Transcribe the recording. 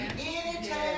Anytime